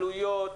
עלויות,